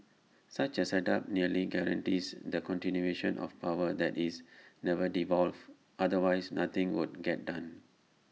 such A setup nearly guarantees the continuation of power that is never devolved otherwise nothing would get done